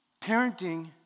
Parenting